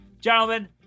gentlemen